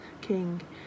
King